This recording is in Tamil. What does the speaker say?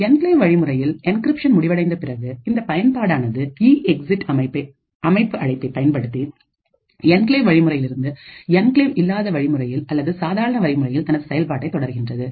என்கிளேவ் வழிமுறையில் என்கிரிப்ஷன் முடிவடைந்த பிறகு இந்த பயன்பாடானது இஎக்ஸிட் அமைப்பு அழைப்பை பயன்படுத்தி என்கிளேவ் வழிமுறையில் இருந்து என்கிளேவ் இல்லாத வழிமுறையில் அல்லது சாதாரண வழிமுறையில் தனது செயல்பாட்டை தொடர்கின்றது